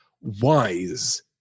wise